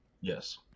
Yes